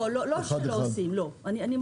לא שלא עושים.